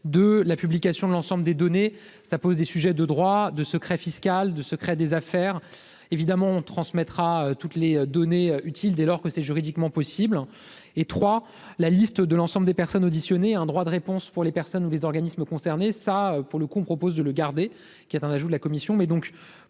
de la publication de l'ensemble des données, ça pose des sujets de droit de secret fiscal de secret des affaires évidemment transmettra toutes les données utiles dès lors que c'est juridiquement possible et trois la liste de l'ensemble des personnes auditionnées un droit de réponse pour les personnes ou les organismes concernés ça pour le coup, on propose de le garder, qui est un ajout de la commission,